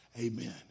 amen